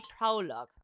Prologue